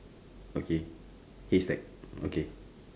okay haystack okay